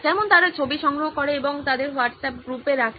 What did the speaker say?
যেমন তারা ছবি সংগ্রহ করে এবং তাদের হোয়াটসঅ্যাপ গ্রুপে রাখে